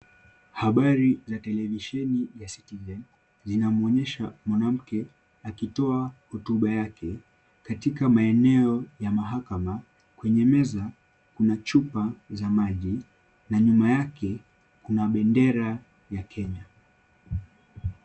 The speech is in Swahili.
Habari za televisheni ya Citizen, zinamwonyesha mwanamke akitoa hotuba yake katika maeneo ya mahakama. Kwenye meza kuna chupa za maji na nyuma yake kuna bendera ya kenya.